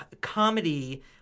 comedy